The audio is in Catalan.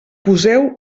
poseu